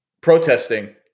protesting